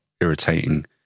irritating